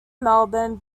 melbourne